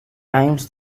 times